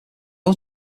old